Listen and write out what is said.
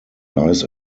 lies